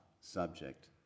subject